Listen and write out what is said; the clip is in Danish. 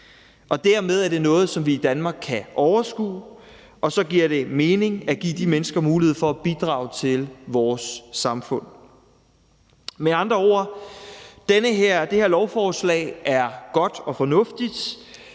og dermed er det noget, som vi i Danmark kan overskue, og så giver det mening at give de mennesker mulighed for at bidrage til vores samfund. Med andre ord er det her lovforslag godt og fornuftigt.